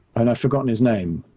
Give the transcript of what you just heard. and i've forgotten his name,